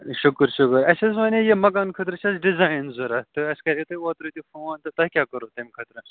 شُکُر شُکُر اَسہِ حظ وَنے یہِ مَکان خٲطرٕ چھِ اَسہِ ڈزِایِن ضروٗرت تہٕ اَسہِ کَرو تۄہہِ اوترٕ تہِ فون تہٕ تۄہہِ کیٛاہ کوٚروِٕ تَمہِ خٲطرٕ